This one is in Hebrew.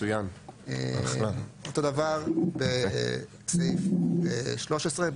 אותו דבר לגבי סעיף 13,